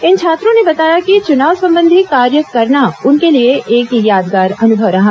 इन छात्रों ने बताया कि चुनाव संबंधी कार्य करना उनके लिए एक यादगार अनुभव रहा